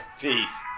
Peace